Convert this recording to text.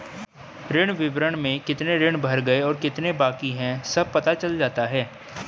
ऋण विवरण में कितने ऋण भर गए और कितने बाकि है सब पता चल जाता है